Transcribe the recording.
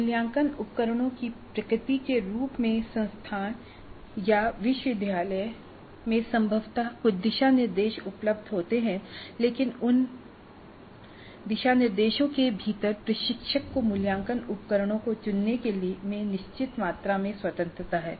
मूल्यांकन उपकरणों की प्रकृति के रूप में संस्थान या विश्वविद्यालय से संभवतः कुछ दिशानिर्देश उपलब्ध होते हैं लेकिन उन दिशानिर्देशों के भीतर प्रशिक्षक को मूल्यांकन उपकरणों को चुनने में निश्चित मात्रा में स्वतंत्रता है